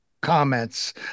comments